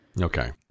okay